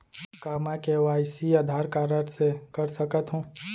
का मैं KYC Aadhaar card से कर सकत हो?